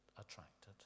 attracted